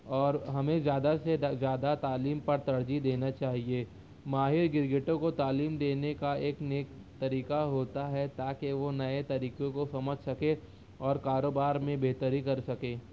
اور ہمیں زیادہ سے زیادہ تعلیم پر ترجیح دینا چاہیے ماہر گرگٹوں کو تعلیم دینے کا ایک نیک طریقہ ہوتا ہے تاکہ وہ نئے طریقے کو سمجھ سکے اور کاروبار میں بہتری کر سکے